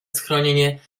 schronienie